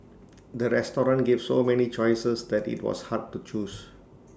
the restaurant gave so many choices that IT was hard to choose